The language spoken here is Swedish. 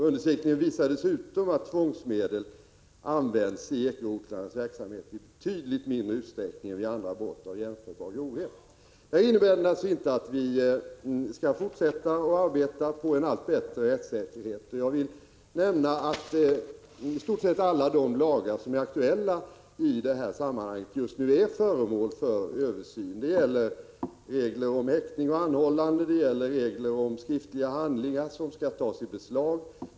Undersökningen visar dessutom att tvångsmedel används i ekorotlärnas verksamhet i betydligt mindre utsträckning än vid andra brott av jämförbar grovhet. Det här innebär naturligtvis inte att vi inte skall fortsätta att arbeta för en allt bättre rättssäkerhet. Jag kan nämna att i stort sett alla de lagar som är aktuella i detta sammanhang just nu är föremål för översyn. Det gäller regler om häktning och anhållande och det gäller regler om skriftliga handlingar som skall tas i beslag.